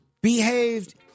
behaved